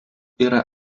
yra